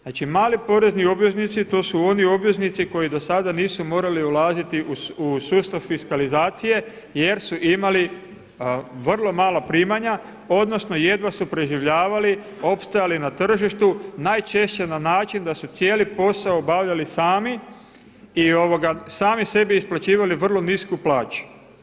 Znači mali porezni obveznici to su oni obveznici koji do sada nisu mogli ulaziti u sustav fiskalizacije jer su imali vrlo mala primanja odnosno jedva su preživljavali, opstajali na tržištu, najčešće na način da su cijeli posao obavljali sami i sami sebi isplaćivali vrlo nisku plaću.